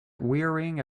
wearing